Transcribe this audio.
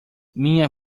minha